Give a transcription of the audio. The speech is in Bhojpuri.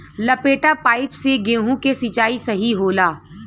लपेटा पाइप से गेहूँ के सिचाई सही होला?